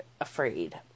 afraid